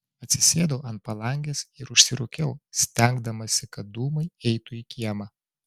atsisėdau ant palangės ir užsirūkiau stengdamasi kad dūmai eitų į kiemą